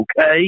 okay